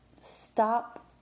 stop